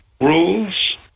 rules